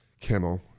Kimmel